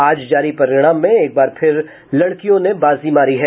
आज जारी परिणाम में एकबार फिर लड़कियों ने बाजी मारी है